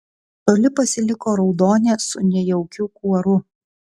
toli pasiliko raudonė su nejaukiu kuoru